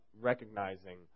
recognizing